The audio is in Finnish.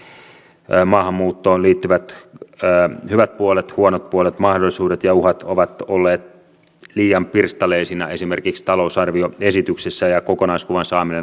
tähän asti maahanmuuttoon liittyvät hyvät puolet huonot puolet mahdollisuudet ja uhat ovat olleet liian pirstaleisina esimerkiksi talousarvioesityksessä ja kokonaiskuvan saaminen on erittäin vaikeata